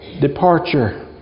departure